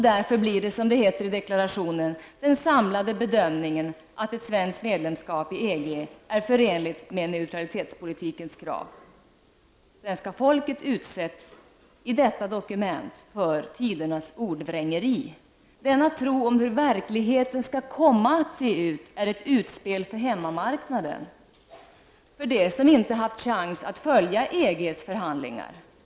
Därför blir det, som det heter i deklarationen, den samlade bedömningen att ett svenskt medlemskap i EG är förenligt med neutralitetspolitikens krav. Svenska folket utsätts i detta dokument för tidernas ordvrängeri! Denna tro om hur verkligheten skall komma att se ut är ett utspel för hemmamarknaden, för dem som inte har haft en chans att följa EGs förhandlingar.